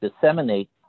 disseminate